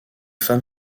femme